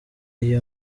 iyi